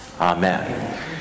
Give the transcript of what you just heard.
Amen